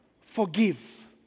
Forgive